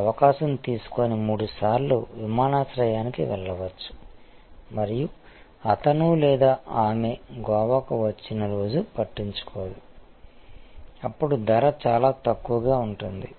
అవకాశం తీసుకొని మూడుసార్లు విమానాశ్రయానికి వెళ్ళవచ్చు మరియు అతను లేదా ఆమె గోవాకు వచ్చిన రోజు పట్టించుకోదు అప్పుడు ధర చాలా తక్కువగా ఉంటుంది